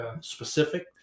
specific